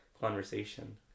conversation